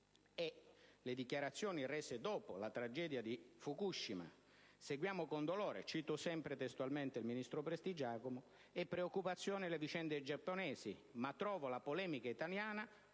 le dichiarazioni rese dopo la tragedia di Fukushima: «Seguiamo con dolore», cito sempre testualmente il ministro Prestigiacomo «e preoccupazione le vicende giapponesi, ma trovo la polemica italiana